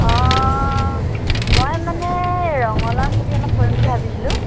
অ' মই মানে ৰঙালাও খেতি অলপ কৰিম বুলি ভাবিছিলোঁ